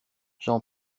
jean